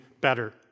better